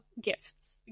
gifts